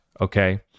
okay